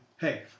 hey